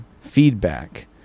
feedback